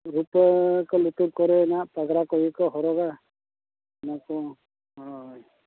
ᱨᱩᱯᱟᱹ ᱠᱚ ᱞᱩᱛᱩᱨ ᱠᱚᱨᱮᱱᱟᱜ ᱯᱟᱜᱽᱨᱟ ᱠᱚᱜᱮ ᱠᱚ ᱦᱚᱨᱚᱜᱟ ᱚᱱᱟ ᱠᱚ ᱦᱳᱭ